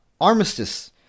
Armistice